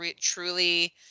truly